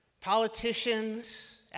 politicians